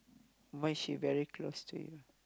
why she very close to you